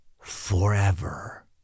forever